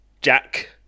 Jack